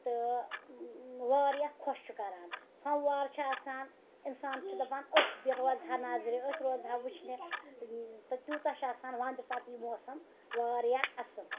تہٕ واریاہ خۄش چھُ کَران پھَموار چھِ آسان اِنسان چھِ دَپان ٲتھۍ بہٕ روزِہا نَظرِ ٲتھۍ روزٕہا وٕچھنہِ تہٕ تیوٗتاہ چھِ آسان وَندٕ پَتہٕ یہِ موسَم واریاہ اَصٕل